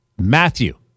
Matthew